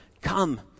come